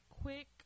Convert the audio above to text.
Quick